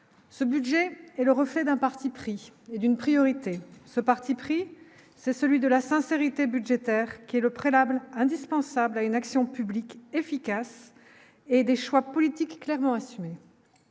ce budget est le reflet d'un parti pris et d'une priorité, ce parti pris, c'est celui de la sincérité budgétaire qui est le préalable indispensable à une action publique efficace et des choix politiques clairement assumé